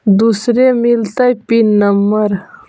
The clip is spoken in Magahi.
दुसरे मिलतै पिन नम्बर?